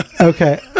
okay